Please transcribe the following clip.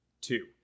two